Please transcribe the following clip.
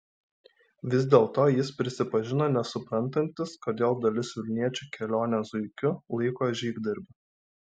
vis dėlto jis prisipažino nesuprantantis kodėl dalis vilniečių kelionę zuikiu laiko žygdarbiu